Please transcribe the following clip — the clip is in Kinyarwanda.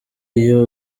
iyo